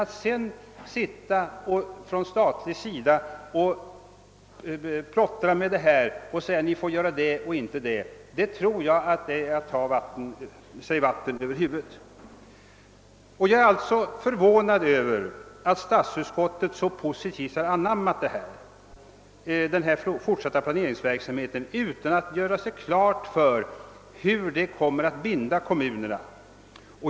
Att sedan från statlig sida sitta och ploitra med sådant och säga att man får göra det men inte det, tror jag innebär att man tar sig vatten över huvudet. Jag är alltså förvånad över att statsutskottet så positivt har anammat denna fortsatta planeringsverksamhet utan att göra klart för sig, hur det kommer att binda kommunerna.